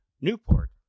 Newport